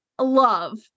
love